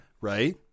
Right